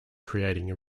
creating